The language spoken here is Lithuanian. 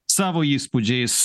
savo įspūdžiais